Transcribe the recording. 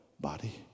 body